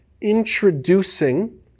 introducing